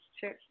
Sure